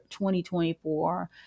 2024